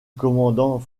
commandant